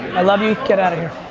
i love you, get out of here.